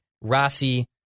Rossi